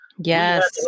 yes